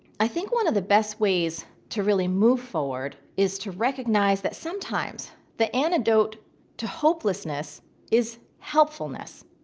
i think one of the best ways to really move forward is to recognize that sometimes the antidote to hopelessness is helpfulness.